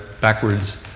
backwards